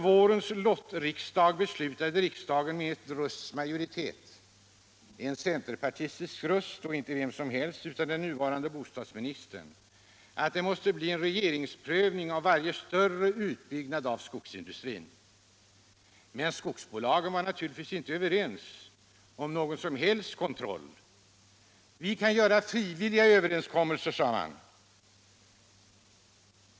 Vårens lottriksdag beslutade med en rösts majoritet — en centerpartistisk röst, och inte från vem som helst utan från den nuvarande bostadsministern — att det måste bli regeringsprövning av varje större utbyggnad i skogsindustrin. Men skogsbolagen var inte överens om någon som helst kontroll. Vi kan göra frivilliga överenskommelser, förklarade bolagen.